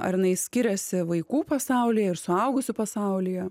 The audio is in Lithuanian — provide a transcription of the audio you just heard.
ar jinai skiriasi vaikų pasauly ir suaugusių pasaulyje